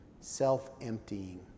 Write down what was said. self-emptying